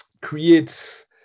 creates